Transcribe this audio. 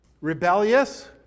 rebellious